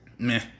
Meh